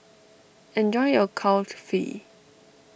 enjoy your Kulfi